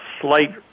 slight